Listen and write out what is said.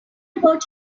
about